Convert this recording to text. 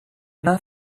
not